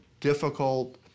difficult